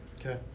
Okay